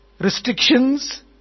restrictions